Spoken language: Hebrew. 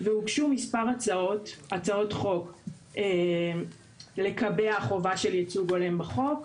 והוגשו מספר הצעות חוק לקבע חובה של ייצוג הולם בחוק.